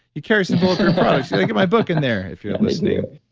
you carry some bulletproof products, get my book in there if you're listening.